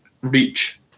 reach